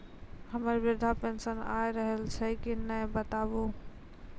हमर वृद्धा पेंशन आय रहल छै कि नैय बताबू?